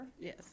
Yes